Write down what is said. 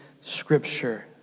Scripture